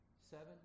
Seven